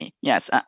yes